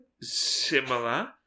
Similar